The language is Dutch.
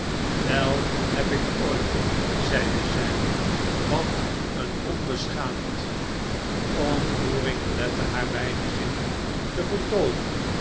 wel heb ik ooit zeide zij wat een onbeschaamd ontroering belette haar beide zinnen te voltooien